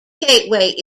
gateway